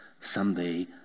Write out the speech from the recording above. Someday